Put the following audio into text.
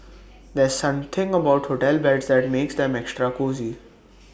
there's something about hotel beds that makes them extra cosy